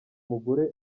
mugore